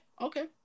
okay